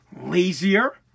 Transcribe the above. lazier